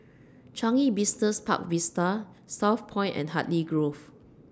Changi Business Park Vista Southpoint and Hartley Grove